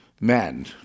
men